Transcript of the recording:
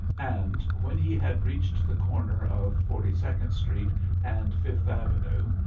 and when he had reached the corner of forty-second street and fifth avenue,